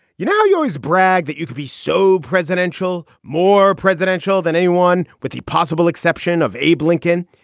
you know, you always brag that you could be so presidential. more presidential than anyone, with the possible exception of abe lincoln.